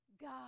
God